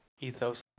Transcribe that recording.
Ethos